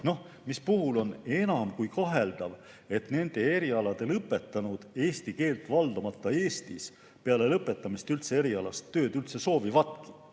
mispuhul on enam kui kaheldav, et nende erialade lõpetanud eesti keelt valdamata Eestis peale lõpetamist üldse erialast tööd soovivad.